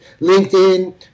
LinkedIn